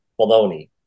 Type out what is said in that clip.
baloney